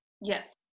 Yes